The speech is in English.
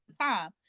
time